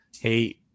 Hey